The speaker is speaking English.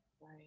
right